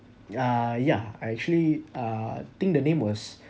ah ya I actually uh think the name was